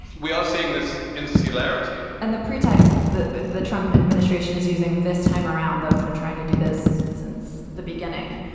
we are seeing this insularity and the pretext that the the trump administration is using this time around, though it's been trying to do this since the beginning,